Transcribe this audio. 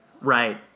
right